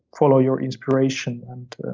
follow your inspiration.